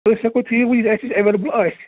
أسۍ ہیٚکو تی ؤنِتھ یہِ اَسہِ نِش ایویلیبل آسہِ